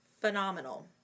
phenomenal